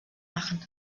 machen